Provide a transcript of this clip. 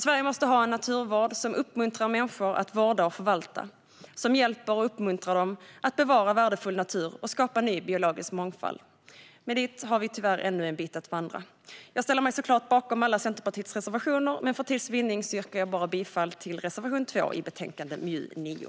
Sverige måste ha en naturvård som uppmuntrar människor att vårda och förvalta och som hjälper och uppmuntrar dem att bevara värdefull natur och att skapa ny biologisk mångfald. Men dit har vi tyvärr ännu en bit att vandra. Jag ställer mig såklart bakom alla Centerpartiets reservationer, men för tids vinnande yrkar jag bifall bara till reservation 2 i betänkande MJU9.